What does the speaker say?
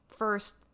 First